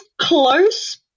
close